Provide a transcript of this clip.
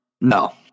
no